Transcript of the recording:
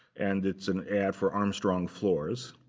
and it's an ad for armstrong floors.